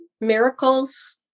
miracles